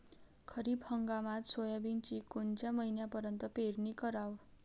खरीप हंगामात सोयाबीनची कोनच्या महिन्यापर्यंत पेरनी कराव?